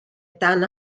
dan